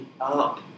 up